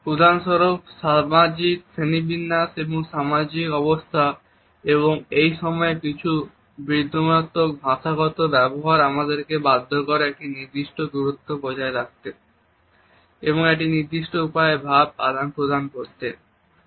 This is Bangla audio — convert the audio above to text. উদাহরণস্বরূপ সামাজিক শ্রেণীবিন্যাস এবং সামাজিক অবস্থা এবং একই সময়ে কিছু বিদ্রুপাত্মক ভাষাগত ব্যবহার আমাদেরকে একটি নির্দিষ্ট দূরত্ব বজায় রাখতে এবং একটি নির্দিষ্ট উপায়ে ভাব আদান প্রদান করতে বাধ্য করে